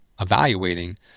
evaluating